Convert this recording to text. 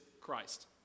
Christ